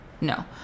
no